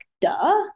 duh